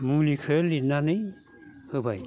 मुलिखो लिरनानै होबाय